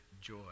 joy